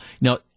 Now